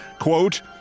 quote